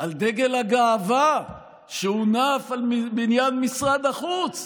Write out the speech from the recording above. על דגל הגאווה שהונף על בניין משרד החוץ.